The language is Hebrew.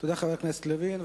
תודה, חבר הכנסת לוין.